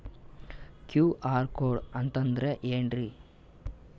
QR code ಅಂತಂದ್ರ ಏನ್ರೀ?